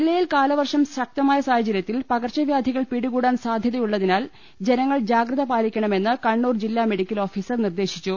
ജില്ലയിൽ കാലവർഷം ശക്തമായ സാഹചര്യത്തിൽ പകർച്ചവ്യാധി കൾ പിടികൂടാൻ സാധ്യതയുള്ളതിനാൽ ജനങ്ങൾ ജാഗ്രത പാലിക്കണ മെന്ന് ജില്ലാ മെഡിക്കൽ ഓഫീസർ നിർദ്ദേശിച്ചു